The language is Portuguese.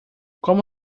como